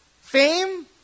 Fame